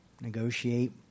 negotiate